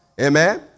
Amen